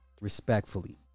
respectfully